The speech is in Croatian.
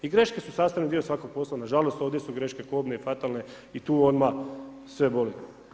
I greške su sastavni dio svakog posla, nažalost, ovdje su greške, kobne, fatalne i tu odmah sve boli.